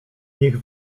niech